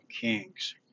Kings